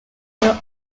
were